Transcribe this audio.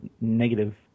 negative